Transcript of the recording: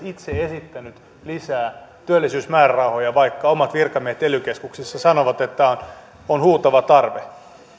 itse esittänyt lisää työllisyysmäärärahoja vaikka omat virkamiehet ely keskuksessa sanovat että on on huutava tarve